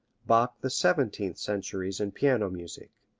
bach the seventeenth centuries in piano music.